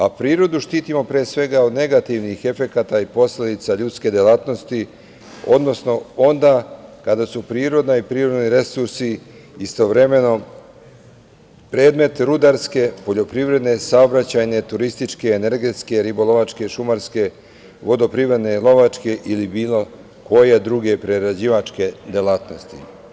A prirodu štitimo pre svega od negativnih efekata i posledica ljudske delatnosti, odnosno onda kada su priroda i prirodni resursi istovremeno predmet rudarske poljoprivredne, saobraćajne, turističke, energetske, ribolovačke, šumarske, vodoprivredne, lovačke ili bilo koje druge prerađivačke delatnosti.